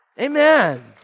Amen